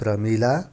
Pramila